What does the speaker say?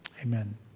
amen